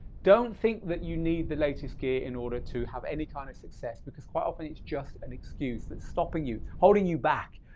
don't think that you need the latest gear in order to have any kind of success, because quite often it's just an excuse that stopping you, holding you back.